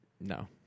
No